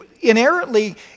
Inherently